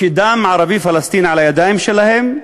שדם ערבי פלסטיני על הידיים שלהם,